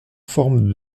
forme